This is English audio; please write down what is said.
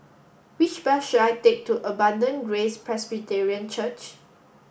which bus should I take to Abundant Grace Presbyterian Church